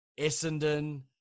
Essendon